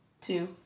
Two